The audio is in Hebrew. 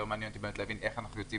מעניין אותי להבין איך אנחנו יוצאים